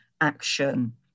action